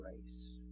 grace